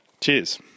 Cheers